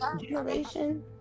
generation